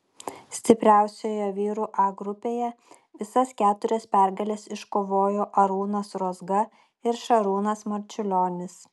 stipriausioje vyrų a grupėje visas keturias pergales iškovojo arūnas rozga ir šarūnas marčiulionis